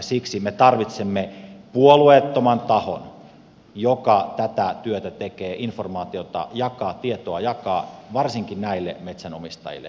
siksi me tarvitsemme puolueettoman tahon joka tätä työtä tekee tietoa jakaa varsinkin näille metsänomistajille